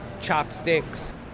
chopsticks